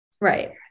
Right